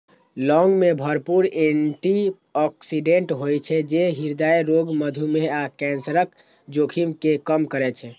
लौंग मे भरपूर एटी ऑक्सिडेंट होइ छै, जे हृदय रोग, मधुमेह आ कैंसरक जोखिम कें कम करै छै